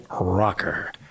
rocker